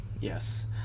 yes